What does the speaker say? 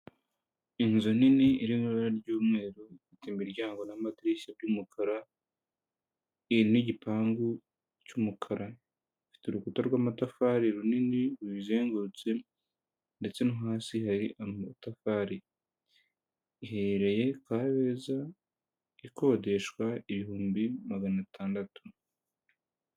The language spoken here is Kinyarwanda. Inzu nini iri mu ibara ry'umweru, imiryango n'amadirishya by'uyumukara n'igipangu cy'umukara, ifite urukuta rw'amatafari runini ruyizengurutse ndetse no hasi hari amatafari iherereye Kabeza, ikodeshwa ibihumbi magana atandatu.